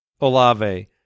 Olave